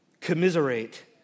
commiserate